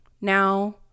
Now